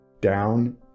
Down